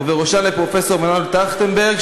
ובראשם לפרופסור מנואל טרכטנברג,